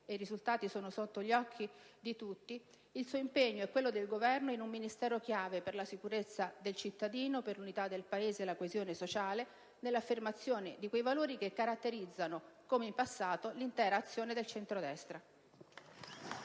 (i risultati sono sotto gli occhi di tutti) il suo impegno e quello del Governo in un Ministero chiave per la sicurezza del cittadino, per l'unità del Paese e la coesione sociale nell'affermazione di quei valori che caratterizzano, come in passato, l'intera azione del centrodestra.